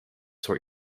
sort